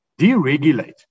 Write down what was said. Deregulate